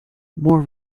more